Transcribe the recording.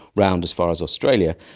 around as far as australia,